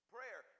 Prayer